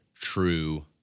true